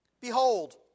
Behold